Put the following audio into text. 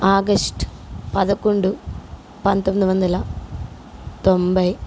August పదకొండు పంతొమ్మిది వందల తొంబై